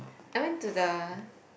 I went to the